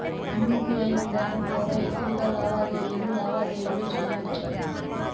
UPI విధానం ద్వారా ఎక్కువగా లావాదేవీలు లావాదేవీలు సేయొచ్చా?